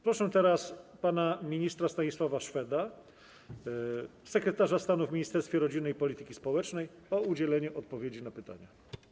Proszę teraz pana ministra Stanisława Szweda, sekretarza stanu w Ministerstwie Rodziny i Polityki Społecznej, o udzielenie odpowiedzi na pytania.